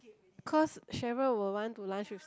cause Sheryl would want to lunch with